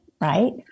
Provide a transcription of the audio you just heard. Right